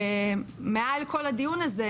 שמעל כל הדיון הזה,